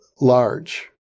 large